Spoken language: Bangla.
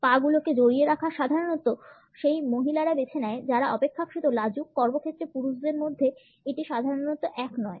পা গুলিকে জড়িয়ে রাখা সাধারণত সেই মহিলারা বেছে নেন যারা অপেক্ষাকৃত লাজুক কর্মক্ষেত্রে পুরুষদের মধ্যে এটি সাধারণত এক নয়